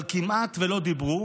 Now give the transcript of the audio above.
אבל כמעט לא דיברו